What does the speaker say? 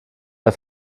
der